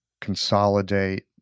consolidate